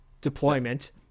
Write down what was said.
deployment—